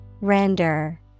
RENDER